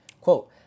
Quote